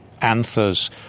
anthers